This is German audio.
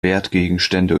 wertgegenstände